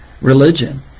religion